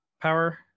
power